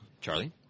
Charlie